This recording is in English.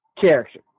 character